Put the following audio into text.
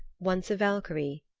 once a valkyrie,